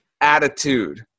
attitude